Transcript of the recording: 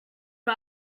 our